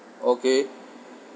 okay